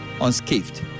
unscathed